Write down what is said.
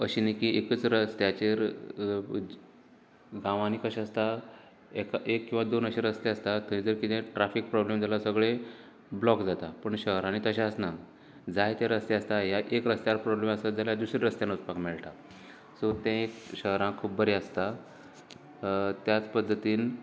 अशें न्ही की एकच रस्त्याचेर गांवांनी कशें आसता एका एक किंवां दोन अशें रस्ते आसता खंय तर कितें ट्रेफिक प्रॉब्लम जालो जाल्यार सगळें ब्लॉक जाता पूण शहरांनी तशें आसना जाय तें रस्ते आसतात ह्या एक रत्स्याक प्रॉब्लम आसत जाल्यार दुसऱ्या रस्त्यान वचपाक मेळटा सो तें शहरांक खूब बरें आसता त्याच पद्दतीन